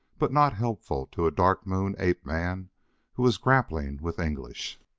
but not helpful to a dark moon ape-man who was grappling with english.